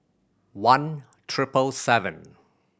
one triple seven